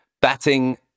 Batting